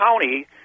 County